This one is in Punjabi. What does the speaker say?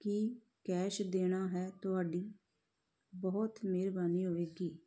ਕਿ ਕੈਸ਼ ਦੇਣਾ ਹੈ ਤੁਹਾਡੀ ਬਹੁਤ ਮਿਹਰਬਾਨੀ ਹੋਵੇਗੀ